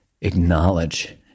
acknowledge